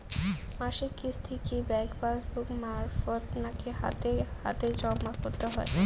মাসিক কিস্তি কি ব্যাংক পাসবুক মারফত নাকি হাতে হাতেজম করতে হয়?